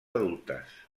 adultes